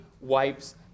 wipes